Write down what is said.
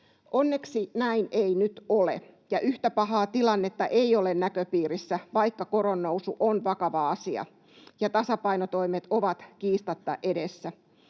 Onneksi näin ei nyt ole, ja yhtä pahaa tilannetta ei ole näköpiirissä, vaikka koronnousu on vakava asia ja tasapainotoimet ovat kiistatta edessä.